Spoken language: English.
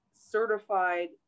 certified